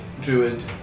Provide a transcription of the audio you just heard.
druid